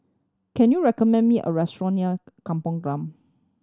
can you recommend me a restaurant near Kampong Glam